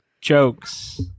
jokes